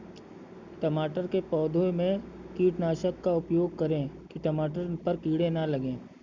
टमाटर के पौधे में किस कीटनाशक का उपयोग करें कि टमाटर पर कीड़े न लगें?